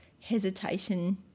hesitation